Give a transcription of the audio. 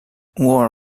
war